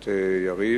הכנסת יריב.